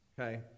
Okay